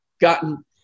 gotten